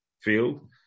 field